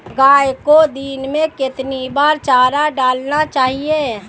गाय को दिन में कितनी बार चारा डालना चाहिए?